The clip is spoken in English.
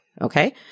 Okay